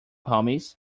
homies